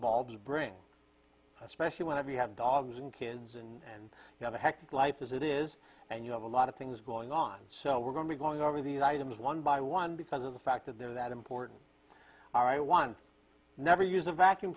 bulbs bring especially when if you have dogs and kids and you have a hectic life as it is and you have a lot of things going on so we're going to be going over these items one by one because of the fact that they're that important all right one never use a vacuum